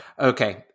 Okay